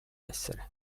essere